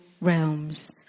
realms